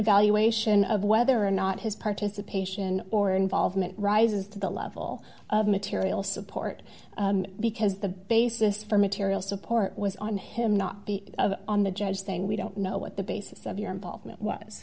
evaluation of whether or not his participation or involvement rises to the level of material support because the basis for material support was on him not be on the judge saying we don't know what the basis of your involvement was